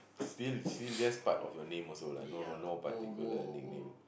still still use part of your name also lah no particular nickname